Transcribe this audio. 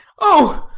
oh,